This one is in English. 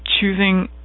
choosing